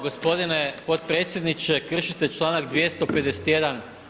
Gospodine potpredsjedniče, kršite članak 251.